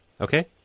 Okay